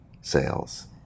sales